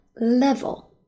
level